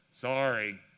Sorry